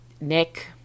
Nick